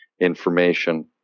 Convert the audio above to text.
information